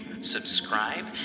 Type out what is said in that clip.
subscribe